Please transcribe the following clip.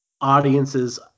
audiences